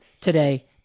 today